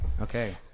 Okay